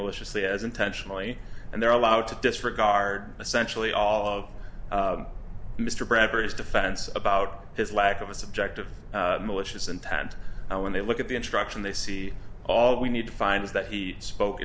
maliciously as intentionally and they're allowed to disregard essentially all of mr bradbury's defense about his lack of a subject of malicious intent and when they look at the instruction they see all we need to find is that he spoke